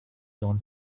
jon